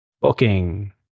Booking